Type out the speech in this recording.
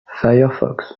firefox